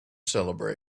celebrate